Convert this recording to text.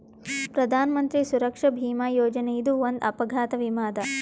ಪ್ರಧಾನ್ ಮಂತ್ರಿ ಸುರಕ್ಷಾ ಭೀಮಾ ಯೋಜನೆ ಇದು ಒಂದ್ ಅಪಘಾತ ವಿಮೆ ಅದ